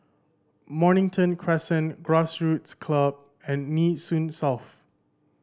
Mornington Crescent Grassroots Club and Nee Soon South